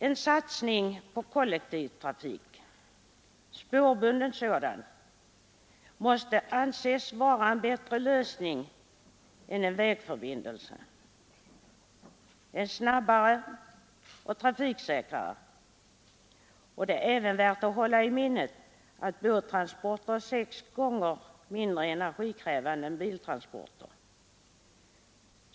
En satsning på kollektivtrafik, spårbunden sådan, måste anses som en bättre lösning än en vägförbindelse — både snabbare och trafiksäkrare. Det är även värt att hålla i minnet att båttransporter är sex gånger mindre energikrävande än biltransporter.